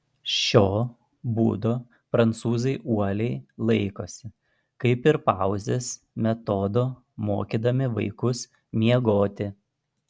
šio būdo prancūzai uoliai laikosi kaip ir pauzės metodo mokydami vaikus miegoti